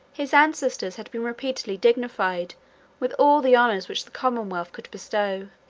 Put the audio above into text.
his ancestors had been repeatedly dignified with all the honors which the commonwealth could bestow